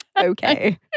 Okay